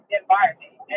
environment